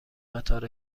قطار